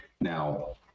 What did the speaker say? Now